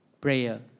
prayer